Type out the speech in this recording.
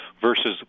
versus